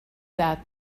that